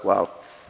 Hvala.